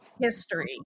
history